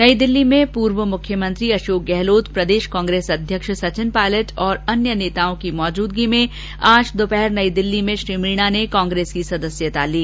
नई दिल्ली में पूर्व मुख्यमंत्री अषोक गहलोत प्रदेष कांग्रेस अध्यक्ष सचिन पायलट तथा अन्य नेताओं की मौजूदगी में आज दोपहर नई दिल्ली में श्री मीणा ने कांग्रेस की सदस्यता ली